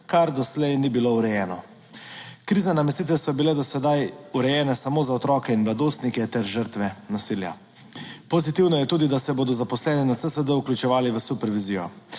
kar doslej ni bilo urejeno. Krizne namestitve so bile do sedaj urejene samo za otroke in mladostnike ter žrtve nasilja. Pozitivno je tudi, da se bodo zaposleni na CSD vključevali v supervizijo.